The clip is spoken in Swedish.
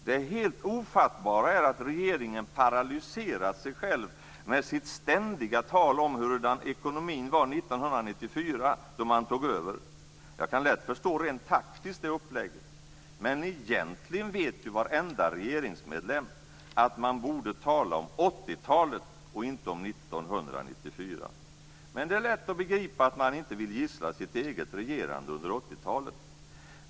Det helt ofattbara är att regeringen paralyserat sig själv med sitt ständiga tal om hurdan ekonomin var år 1994, då man tog över. Jag kan lätt förstå, rent taktiskt, det upplägget. Men egentligen vet ju varenda regeringsmedlem att man borde tala om 80-talet och inte om år 1994, men det är lätt att begripa att man inte vill gissla sitt eget regerande under 80-talet.